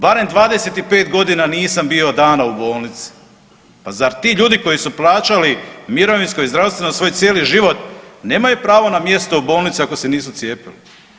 Barem 25 godina nisam bio dana u bolnici, pa zar ti ljudi koji su plaćali mirovinsko i zdravstveno svoj cijeli život nemaju pravo na mjesto u bolnici ako se nisu cijepili.